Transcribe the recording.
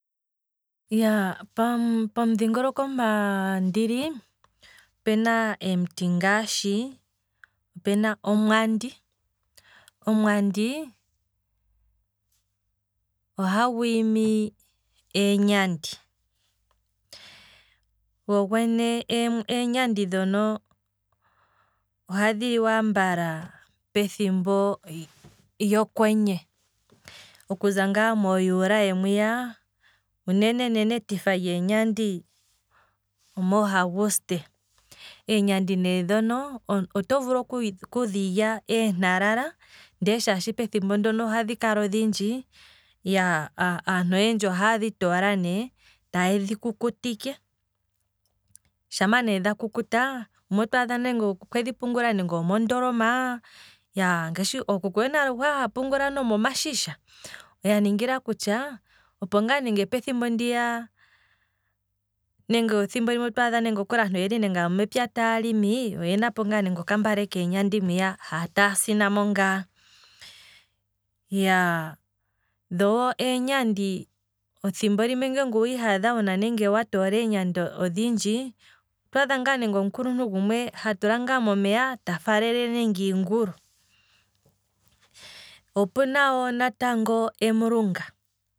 Iyaaa, pomudhingoloko mpa ndili opena em'ti ngaashi, opena omwandi, omwandi oha gwiimi eenyandi, dho dhene eenyandi dhono ohadhi liwa ambala pethimbo lyokwenye, okuza ngaa moojuli mwiya, uunene etifa lyeenyandi omoo aguste, eenyandi ne dhono oto vulu okudhilya eentalala nde shaashi pethimbo ndoka ohadhi kala odhindji, aantu ohaye dhi toola ne ndele taya kukutike, shampa ne dhakukuta, gumwe otwaadha edhi pungula nande omo ndoloma, ngaashi ookuku yonale okwali haya pungula nomomashisha, ya ningila kutya opo nande opethimbo ndiya, nenge otwaadha nande aantu oyeli mepya taya limi, otwaadha ngaa yenapo nande okambale keenyandi mwiya haya taasinamo ngaa, thimbo limwe nge owiiha dha wuna nenge wa toola eenyandi odhindji, otwaadha ngaa nande omuluntu gumwe hatula momeya ta faalele nande iingulu, opuna natango omilunga